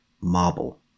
marble